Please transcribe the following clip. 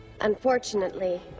Unfortunately